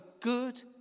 good